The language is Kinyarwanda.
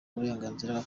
uburenganzira